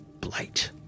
blight